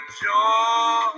joy